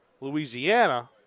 louisiana